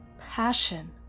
passion